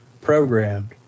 programmed